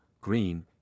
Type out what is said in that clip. green